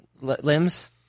limbs